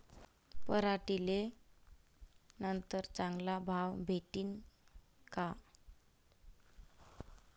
पराटीले नंतर चांगला भाव भेटीन का?